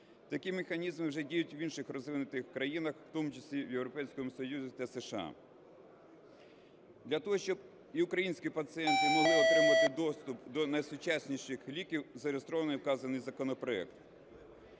Такі механізми вже діють в інших розвинутих країнах, в тому числі в Європейському Союзі та США. Для того, щоб і українські пацієнти могли отримати доступ до найсучасніших ліків, зареєстрований вказаний законопроект.